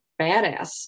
badass